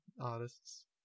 artists